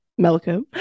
Melico